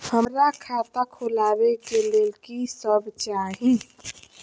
हमरा खाता खोलावे के लेल की सब चाही?